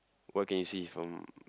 what can you see from